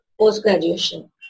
post-graduation